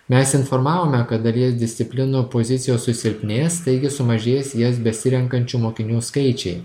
mes informavome kad dalies disciplinų pozicijos susilpnės taigi sumažės jas besirenkančių mokinių skaičiai